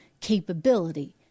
capability